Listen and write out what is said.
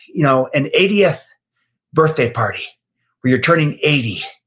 you know an eightieth birthday party where you're turning eighty,